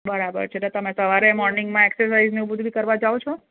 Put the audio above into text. બરાબર છે તો તમે સવારે મોર્નિંગમાં એક્સરસાઈઝ ને એવું બધું બી કરવા જાઓ છો